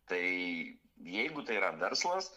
tai jeigu tai yra verslas